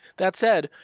that said,